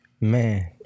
Man